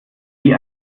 sie